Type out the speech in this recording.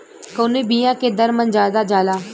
कवने बिया के दर मन ज्यादा जाला?